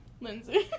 Lindsay